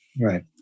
Right